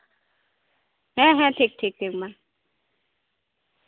ᱦᱮᱸ ᱦᱮᱸ ᱴᱷᱤᱠ ᱴᱷᱤᱠ ᱴᱷᱤᱠ ᱢᱟ